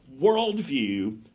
worldview